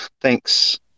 thanks